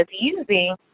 using